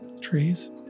trees